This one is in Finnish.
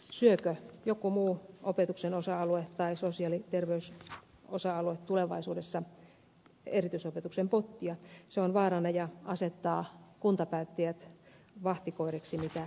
syökö joku muu opetuksen osa alue tai sosiaali ja terveysosa alue tulevaisuudessa erityisopetuksen pottia se on vaarana ja asettaa kuntapäättäjät vahtikoiriksi mitä eniten